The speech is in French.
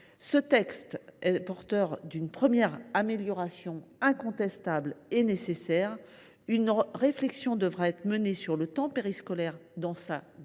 ce texte apporte une première amélioration incontestable et nécessaire. Une réflexion devra être menée sur le temps périscolaire dans sa globalité.